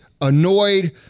annoyed